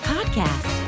Podcast